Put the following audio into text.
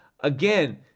Again